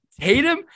Tatum